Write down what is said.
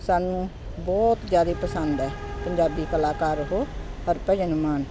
ਸਾਨੂੰ ਬਹੁਤ ਜ਼ਿਆਦਾ ਪਸੰਦ ਹੈ ਪੰਜਾਬੀ ਕਲਾਕਾਰ ਉਹ ਹਰਭਜਨ ਮਾਨ